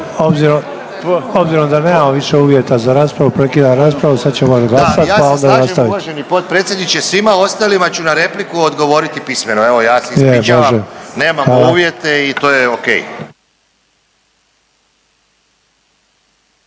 Obzirom da nemamo više uvjeta za raspravu prekidam raspravu, sad ćemo glasat pa onda nastavit. **Ivanović, Goran (HDZ)** Da, ja se slažem uvaženi potpredsjedniče, svima ostalima ću na repliku odgovoriti pismeno. Evo ja se ispričavam, nemamo uvjete i to je ok.